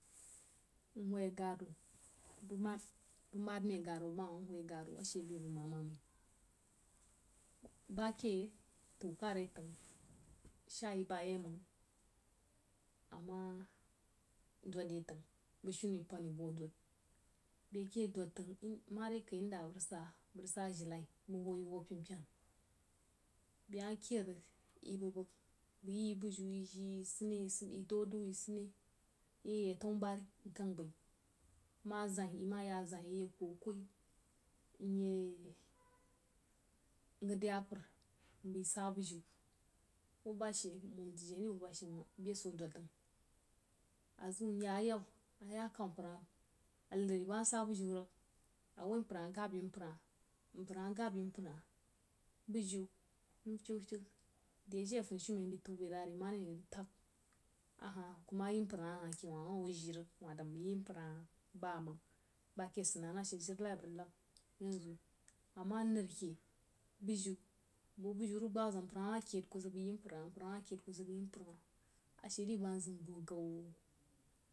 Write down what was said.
Mhwai a ganu bəg mai guru bəm nhwai a garu ashe be bəg mama mai bake tau kare təng shayi ba yei məng ama dodre təng bəg shinu yi pən yi voh dod beh ke dod təng mare kai inda a bəg rig sa bəg rig sa ajirenni bəg hwo yi voh pyena-pyena beh ma kid rig yi bəg-bəg bəg yi bijiu yi jií nane yi doudou mbai nsane yi ye yəg tannu-bubani, ma zaīn yi ma ya zaīn iye doudou mye ngəd zapər mbai sa bujui buba she nmonjen iri bubashe məng a zeu mya ayabba kau mpər ha anri bəg ma’ sa bujin rig awoi, mpər ha gab yimpər ha bujiu nəm fyeg-fyeg deje funishumen bai tuubairari manene rig təg a ha kuma yi mpər ke kuma hwo jií rig ke wa dan bai yi mpər ha ba məng bake sid nanəm ashe jirenai abəg ridnəd yenʒ ama anri ke bujiu bəg hwo bujiu rig gbab zang mpər ha ma keid ku zik bai yi mpər ha mpər ma keid ku zik bai yi mpər ha ashe di nzam.